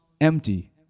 empty